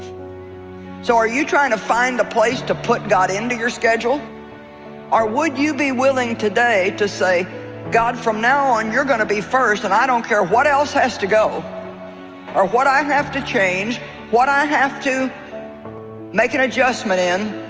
so are you trying to find a place to put god into your schedule or would you be willing today to say god from now on you're gonna be first and i don't care what else has to go or what i have to change what i have to make an adjustment in